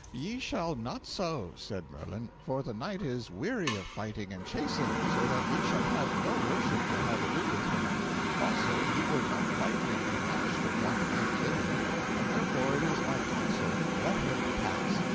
ye shall not so, said merlin, for the knight is weary of fighting and chasing, so that ye shall have no worship to have ado with him also, he will not lightly be matched of one knight living and therefore it is my counsel, let him pass,